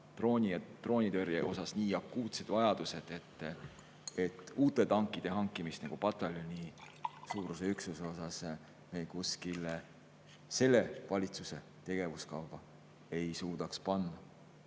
droonitõrjes nii akuutsed vajadused, et uute tankide hankimist pataljonisuuruse üksuse jaoks me selle valitsuse tegevuskavva ei suudaks panna.